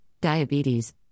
diabetes